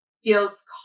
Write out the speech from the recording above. feels